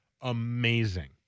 amazing